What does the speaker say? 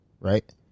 Right